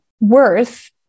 worth